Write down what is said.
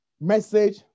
message